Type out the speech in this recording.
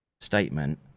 statement